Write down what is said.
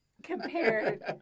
Compared